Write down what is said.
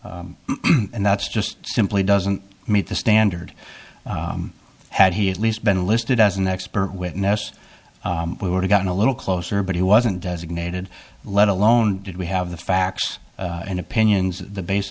and that's just simply doesn't meet the standard had he at least been listed as an expert witness we were to go in a little closer but he wasn't designated let alone did we have the facts and opinions the base